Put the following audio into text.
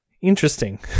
interesting